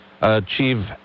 achieve